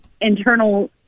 internal